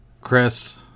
Chris